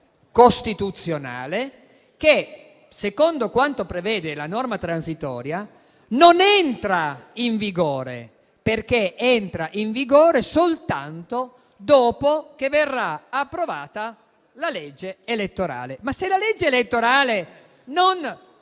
costituzionale che, secondo quanto prevede la norma transitoria, non entra in vigore, perché entra in vigore soltanto dopo che verrà approvata la legge elettorale. Ma se la legge elettorale non